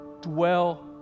dwell